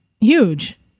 huge